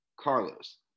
Carlos